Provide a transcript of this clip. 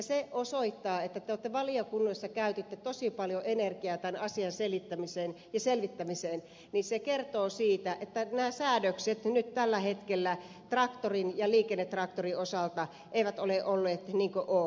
se että te valiokunnassa käytitte tosi paljon energiaa tämän asian selvittämiseen kertoo siitä että nämä säädökset tällä hetkellä traktorin ja liikennetraktorin osalta eivät ole olleet ok